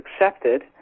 accepted